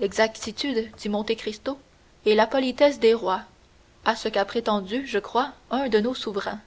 l'exactitude dit monte cristo est la politesse des rois à ce qu'a prétendu je crois un de nos souverains